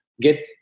get